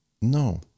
No